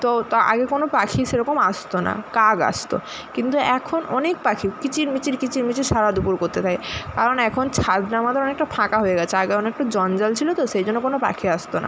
তো তো আগে কোনো পাখি সেরকম আসতো না কাক আসতো কিন্তু এখন অনেক পাখি কিচির মিচির কিচির মিচির সারা দুপুর করতে থাকে কারণ এখন ছাদটা আমাদের অনেকটা ফাঁকা হয়ে গেছে আগে অনেকটা জঞ্জাল ছিলো তো সেই জন্য কোনো পাখি আসতো না